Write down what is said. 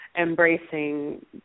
embracing